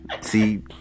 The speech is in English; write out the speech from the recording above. See